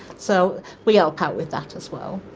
so we help out with that as well.